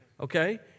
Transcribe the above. okay